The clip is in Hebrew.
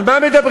על מה מדברים?